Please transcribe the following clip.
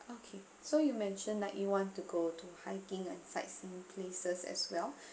okay so you mentioned like you want to go to hiking and sightseeing places as well